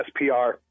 spr